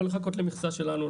לא לחכות למכסה שלנו,